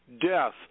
death